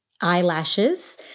eyelashes